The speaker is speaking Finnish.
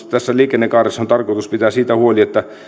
tässä liikennekaaressa on tarkoitus pitää siitä huoli että